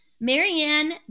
Marianne